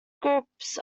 groups